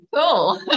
Cool